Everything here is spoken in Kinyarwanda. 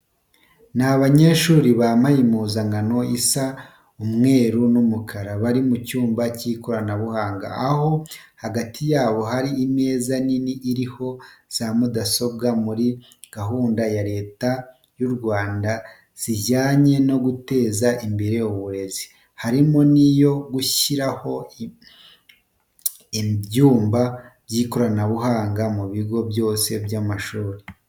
Ni abanyeshuri bambaye impuzankano isa umweru n'umukara, bari mu cyumba cy'ikiranabuhanga aho hagati yabo harimo imeza nini iriho za mudasobwa. Muri gahunda za Leta y'u Rwanda zijyanye no guteza imbere uburezi, harimo n'iyo gushyiraho imbyumba by'ikoranabuhanga mu bigo byose by'amashuri.